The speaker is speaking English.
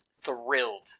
thrilled